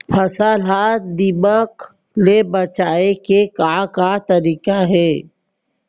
फसल ला दीमक ले बचाये के का का तरीका हे?